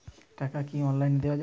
টাকা কি অনলাইনে দেওয়া যাবে?